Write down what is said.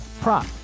prop